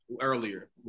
earlier